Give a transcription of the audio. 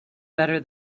better